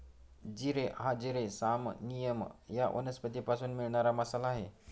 जिरे हा जिरे सायमिनम या वनस्पतीपासून मिळणारा मसाला आहे